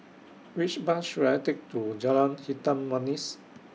Which Bus should I Take to Jalan Hitam Manis